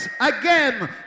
again